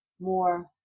more